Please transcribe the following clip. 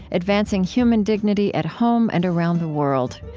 advancing human dignity at home and around the world.